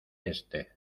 este